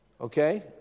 Okay